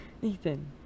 Nathan